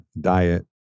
diet